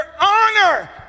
honor